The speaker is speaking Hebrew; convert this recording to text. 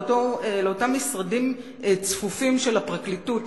לאותם משרדים צפופים של הפרקליטות,